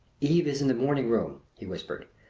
eve is in the morning room, he whispered.